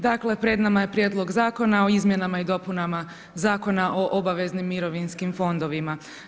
Dakle, pred nama je Prijedlog zakona o izmjenama i dopunama Zakona o obaveznim mirovinskim fondovima.